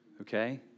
okay